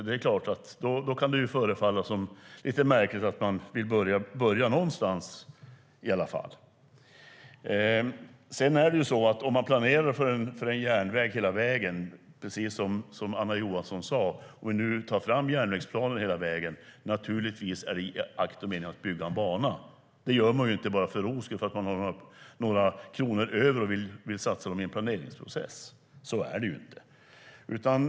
Det är klart att det då kan förefalla lite märkligt att man i alla fall vill börja någonstans. Om man planerar för en järnväg hela vägen, precis som Anna Johansson sade, och man nu tar fram järnvägsplaner hela vägen är det naturligtvis i akt och mening för att bygga en bana. Detta gör man inte bara för ros skull eller för att man har några kronor över som man vill satsa i en planeringsprocess. Så är det inte.